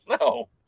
No